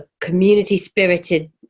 community-spirited